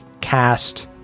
cast